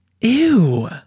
Ew